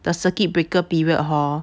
the circuit breaker period hor